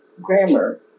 Grammar